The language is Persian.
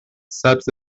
سبز